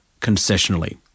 concessionally